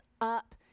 up